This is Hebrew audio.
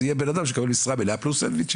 אז יהיה בן אדם שמקבל משרה מלאה פלוס סנדוויצ'ים.